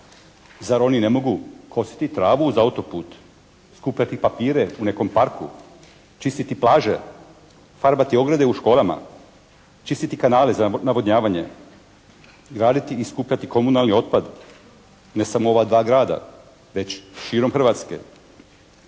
Zar oni ne mogu kositi travu uz autoput, skupljati papire u nekom parku, čistiti plaže, farbati ograde u školama, čistiti kanale za navodnjavanje, graditi i skupljati komunalni otpad? Ne samo ova dva grada, već širom Hrvatske.